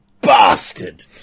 bastard